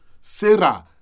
Sarah